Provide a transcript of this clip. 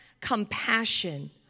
compassion